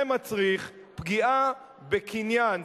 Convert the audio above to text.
זה מצריך פגיעה בקניין,